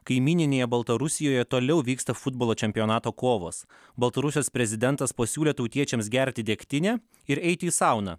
kaimyninėje baltarusijoje toliau vyksta futbolo čempionato kovos baltarusijos prezidentas pasiūlė tautiečiams gerti degtinę ir eiti į sauną